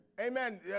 Amen